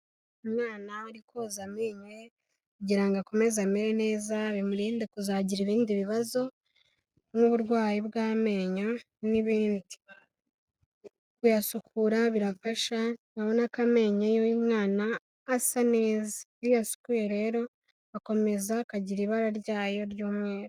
Umwana uri koza amenyo ye kugira ngo akomeze amere neza, bimurinde kuzagira ibindi bibazo nk'uburwayi bw'amenyo n'ibindi. Kuyasukura birafasha urabona ko amenyo y'uyu mwana asa neza, iyo uyasukuye rero akomeza akagira ibara ryayo ry'umweru.